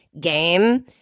game